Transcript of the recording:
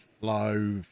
flow